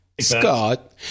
Scott